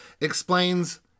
explains